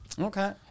Okay